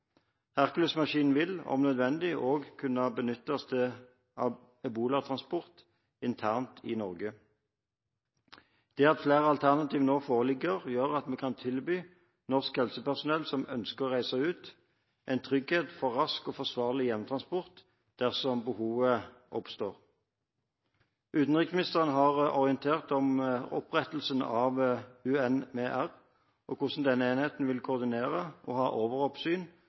vil, om nødvendig, også kunne benyttes til ebolatransport internt i Norge. Det at flere alternativer nå foreligger, gjør at vi kan tilby norsk helsepersonell som ønsker å reise ut, en trygghet for rask og forsvarlig hjemtransport dersom behovet oppstår. Utenriksministeren har orientert om opprettelsen av UNMEER og hvordan denne enheten vil koordinere og ha overoppsyn